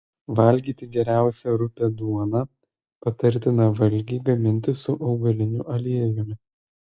valgyti geriausia rupią duoną patartina valgį gaminti su augaliniu aliejumi